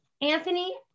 Anthony